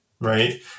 right